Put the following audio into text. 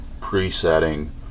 pre-setting